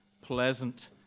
pleasant